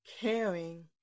caring